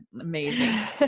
Amazing